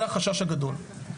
זה החשש הגדול.